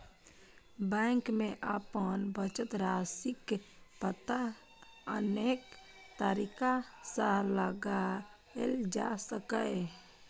bank मे अपन बचत राशिक पता अनेक तरीका सं लगाएल जा सकैए